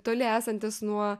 toli esantis nuo